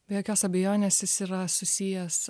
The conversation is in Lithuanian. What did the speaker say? be jokios abejonės jis yra susijęs